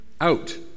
out